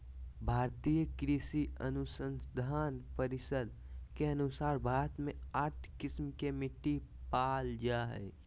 भारतीय कृषि अनुसंधान परिसद के अनुसार भारत मे आठ किस्म के मिट्टी पाल जा हइ